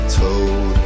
told